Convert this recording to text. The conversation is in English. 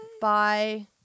Bye